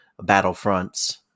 battlefronts